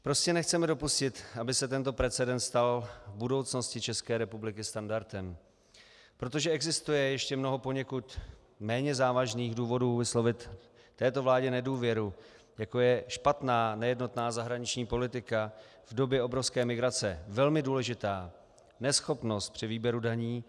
Prostě nechceme dopustit, aby se tento precedent stal v budoucnosti České republiky standardem, protože existuje ještě mnoho poněkud méně závažných důvodů vyslovit této vládě nedůvěru, jako je špatná, nejednotná zahraniční politika v době obrovské migrace, velmi důležitá, neschopnost při výběru daní.